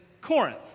Corinth